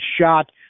shot